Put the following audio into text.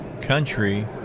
country